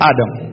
Adam